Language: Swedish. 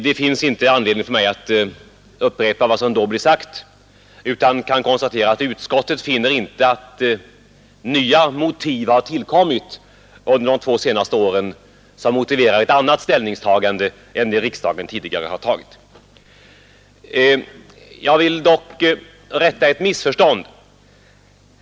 Det finns inte anledning för mig att upprepa vad som då blev sagt, utan jag kan konstatera att utskottet inte finner att nya omständigheter har tillkommit under de två senaste åren som motiverar ett annat ställningstagande än det riksdagen tidigare har gjort. Jag vill dock rätta ett missförstånd.